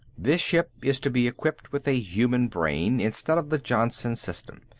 this ship is to be equipped with a human brain instead of the johnson system.